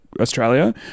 Australia